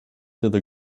through